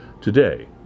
today